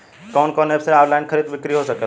कवन कवन एप से ऑनलाइन खरीद बिक्री हो सकेला?